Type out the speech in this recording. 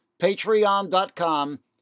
Patreon.com